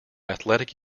athletic